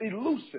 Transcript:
elusive